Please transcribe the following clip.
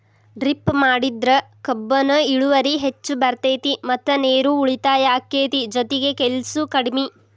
drip ಮಾಡಿದ್ರ ಕಬ್ಬುನ ಇಳುವರಿ ಹೆಚ್ಚ ಬರ್ತೈತಿ ಮತ್ತ ನೇರು ಉಳಿತಾಯ ಅಕೈತಿ ಜೊತಿಗೆ ಕೆಲ್ಸು ಕಡ್ಮಿ